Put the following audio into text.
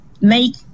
make